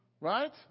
Right